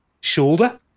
shoulder